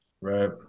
Right